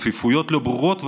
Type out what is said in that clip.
כפיפויות לא ברורות,